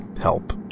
help